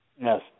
Yes